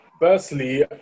firstly